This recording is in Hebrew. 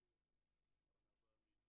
דקות.